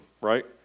right